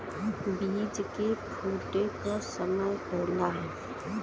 बीज के फूटे क समय होला